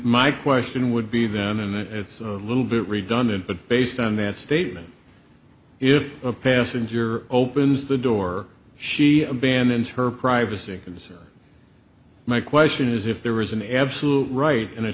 my question would be them in that it's a little bit redundant but based on that statement if a passenger opens the door she abandons her privacy concern my question is if there was an absolute right in a